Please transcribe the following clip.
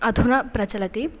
अधुना प्रचलति